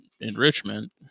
enrichment